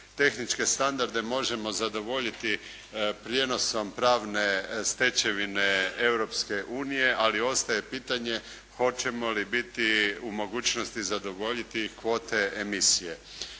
Tehničke standarde možemo zadovoljiti prijenosom pravne stečevine Europske unije, ali ostaje pitanje hoćemo li biti u mogućnosti zadovoljiti kvote emisije.